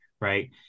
Right